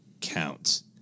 counts